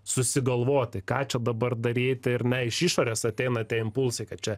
susigalvoti ką čia dabar daryti ir ne iš išorės ateina tie impulsai kad čia